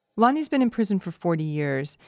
lonnie's been in prison for forty years,